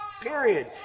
Period